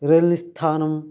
rail निस्थानं